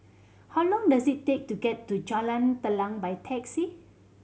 how long does it take to get to Jalan Telang by taxi